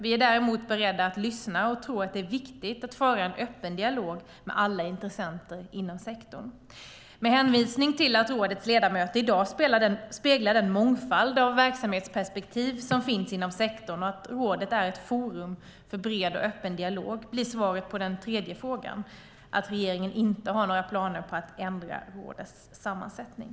Vi är däremot beredda att lyssna och tror att det är viktigt att föra en öppen dialog med alla intressenter inom sektorn. Med hänvisning till att rådets ledamöter i dag speglar den mångfald av verksamhetsperspektiv som finns inom sektorn och att rådet är ett forum för bred och öppen dialog blir svaret på den tredje frågan att regeringen inte har några planer på att ändra rådets sammansättning.